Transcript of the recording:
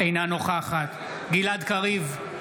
אינה נוכחת גלעד קריב,